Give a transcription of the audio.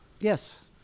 Yes